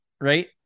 right